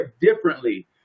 differently